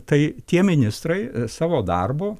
tai tie ministrai savo darbo